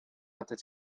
atat